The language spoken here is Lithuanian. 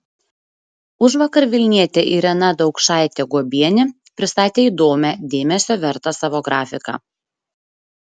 užvakar vilnietė irena daukšaitė guobienė pristatė įdomią dėmesio vertą savo grafiką